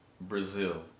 Brazil